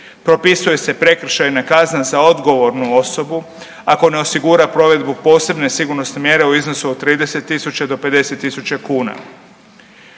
propisuju se prekršajne kazne za odgovornu osobu ako ne osigura provedbu posebne sigurnosne mjere u iznosu od 30 tisuća do 50 tisuća kuna.